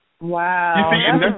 Wow